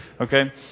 Okay